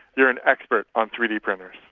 you're an expert on three d printers.